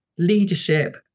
Leadership